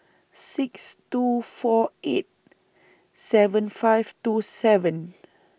six two four eight seven five two seven